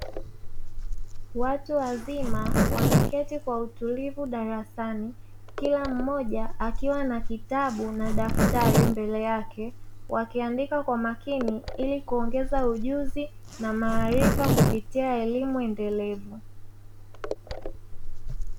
Watu wazima wameketi kwa utulivu darasani kila mmoja akiwa na kitabu na daftari mbele yake, wakiandika kwa makini ili kuongeza ujuzi na maarifa kupitia elimu endelevu.